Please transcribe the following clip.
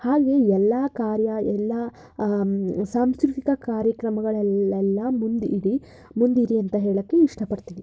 ಹಾಗೇ ಎಲ್ಲ ಕಾರ್ಯ ಎಲ್ಲ ಸಾಂಸ್ಕೃತಿಕ ಕಾರ್ಯಕ್ರಮಗಳಲ್ಲೆಲ್ಲ ಮುಂದಿಡಿ ಮುಂದಿರಿ ಅಂತ ಹೇಳೋಕೆ ಇಷ್ಟಪಡ್ತೀನಿ